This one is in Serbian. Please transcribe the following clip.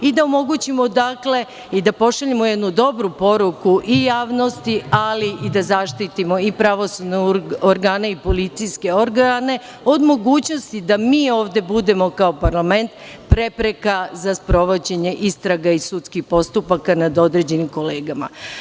Dakle, da omogućimo i da pošaljemo jednu dobru poruku i javnosti, ali i da zaštitimo pravosudne organe i policijske organe od mogućnosti da mi ovde budemo kao parlament, prepreka za sprovođenje istraga i sudskih postupaka nad određenim kolegama.